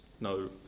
no